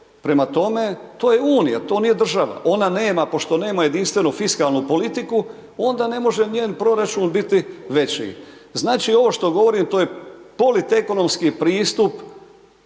prema tome to je Unija, to nije država, ona nema, pošto nema jedinstveno fiskalnu politiku, onda ne može ni njen proračun biti veći. Znači, ovo što govorim to je .../Govornik se